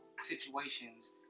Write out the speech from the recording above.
situations